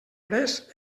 prest